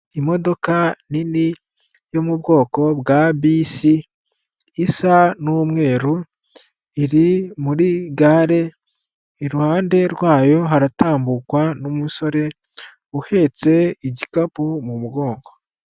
Imodoka nini yo mu bwoko bwa bisi isa n'umweru, iri muri gare iruhande rwayo haratambukwa n'umusore uhetse igikapu mu mugongo.